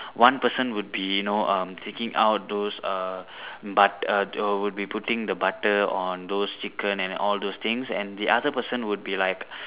one person would be you know um taking out those err butter would be putting the butter on those chicken and all those things and the other person would be like